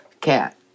cat